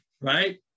right